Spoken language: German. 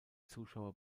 zuschauer